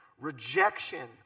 rejection